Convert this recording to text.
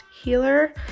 healer